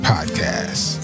Podcast